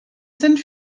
sind